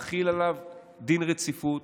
להחיל עליו דין רציפות,